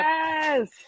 Yes